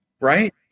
Right